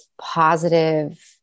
positive